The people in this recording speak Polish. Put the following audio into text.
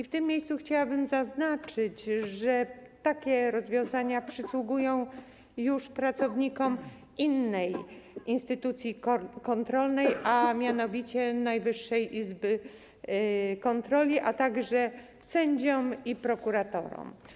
W tym miejscu chciałabym zaznaczyć, że takie rozwiązania przysługują już pracownikom innej instytucji kontrolnej, a mianowicie Najwyższej Izby Kontroli, a także sędziom i prokuratorom.